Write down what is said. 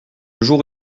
jour